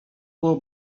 było